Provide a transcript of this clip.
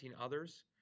others